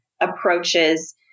approaches